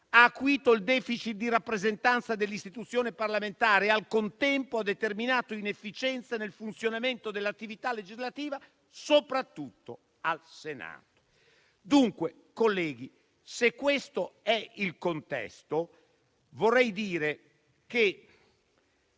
ha acuito il *deficit* di rappresentanza dell'istituzione parlamentare e, al contempo, ha determinato inefficienza nel funzionamento dell'attività legislativa, soprattutto al Senato. Dunque colleghi, se questo è il contesto, vorrei dire che